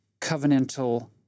covenantal